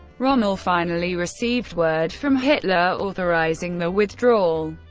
rommel finally received word from hitler authorizing the withdrawal.